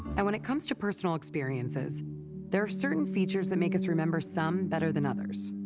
and when it comes to personal experiences there are certain features that make us remember some better than others.